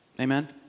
Amen